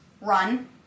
run